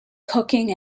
cooking